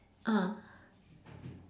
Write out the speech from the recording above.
uh